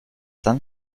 dann